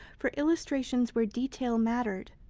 for illustrations where detail mattered,